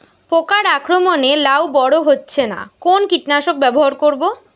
পোকার আক্রমণ এ লাউ বড় হচ্ছে না কোন কীটনাশক ব্যবহার করব?